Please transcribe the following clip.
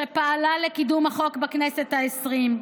שפעלה לקידום החוק בכנסת העשרים,